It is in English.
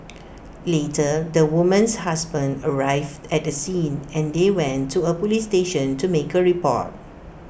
later the woman's husband arrived at the scene and they went to A Police station to make A report